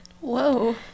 Whoa